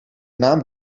naam